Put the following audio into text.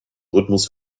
rhythmus